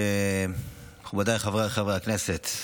מכובדיי חבריי חברי הכנסת,